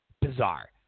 Bizarre